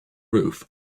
roof